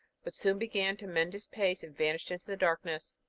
but soon began to mend his pace, and vanished in the darkness.